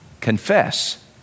Confess